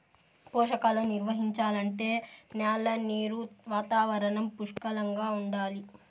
పోషకాలు నిర్వహించాలంటే న్యాల నీరు వాతావరణం పుష్కలంగా ఉండాలి